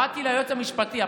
באתי ליועץ המשפטי,